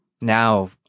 Now